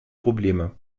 probleme